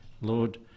Lord